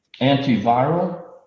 antiviral